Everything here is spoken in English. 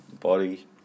body